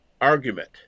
argument